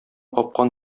капкан